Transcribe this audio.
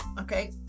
okay